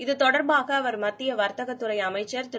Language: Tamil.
இது தொடர்பாக அவர் மத்திய வர்த்தக துறை அமைச்சர் திரு